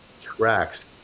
tracks